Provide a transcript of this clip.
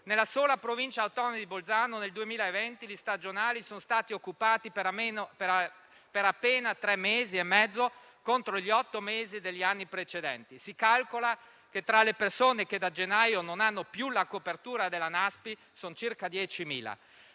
Nella sola Provincia autonoma di Bolzano nel 2020 gli stagionali sono stati occupati per appena tre mesi e mezzo, contro gli otto mesi degli anni precedenti. Si calcola che le persone che da gennaio non hanno più la copertura della Nuova prestazione